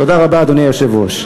תודה רבה, אדוני היושב-ראש.